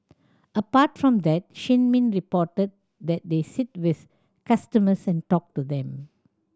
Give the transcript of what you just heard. apart from that Shin Min reported that they sit with customers and talk to them